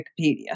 Wikipedia